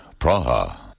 Praha